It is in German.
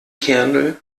kernel